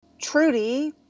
Trudy